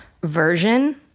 version